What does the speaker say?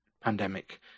pandemic